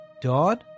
Dawn